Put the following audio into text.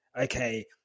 okay